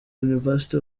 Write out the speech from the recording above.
university